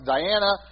Diana